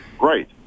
Right